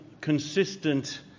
consistent